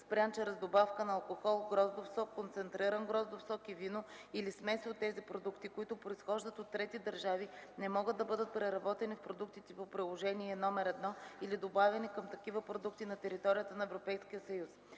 спрян чрез добавка на алкохол, гроздов сок, концентриран гроздов сок и вино или смеси от тези продукти, които произхождат от трети държави, не могат да бъдат преработени в продуктите по приложение № 1 или добавени към такива продукти на територията на Европейския съюз.